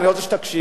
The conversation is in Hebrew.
אני רוצה שתקשיב: